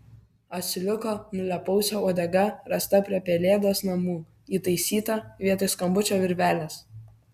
asiliuko nulėpausio uodega rasta prie pelėdos namų įtaisyta vietoj skambučio virvelės